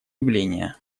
явления